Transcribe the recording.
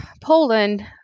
Poland